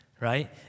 right